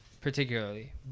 particularly